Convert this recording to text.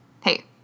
Hey